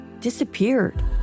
disappeared